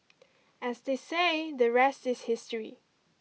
as they say the rest is history